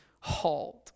halt